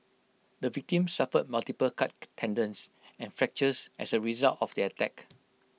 the victim suffered multiple cut tendons and fractures as A result of the attack